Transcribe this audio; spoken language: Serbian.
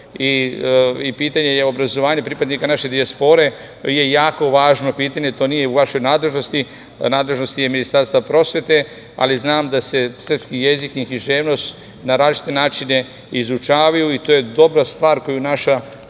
i pitanje obrazovanja pripadnika naše dijaspore je jako važno pitanje. To nije u vašoj nadležnosti, nadležnost je Ministarstva prosvete, ali znam da se srpski jezik i književnost na različite načine izučavaju i to je dobra stvar koju naša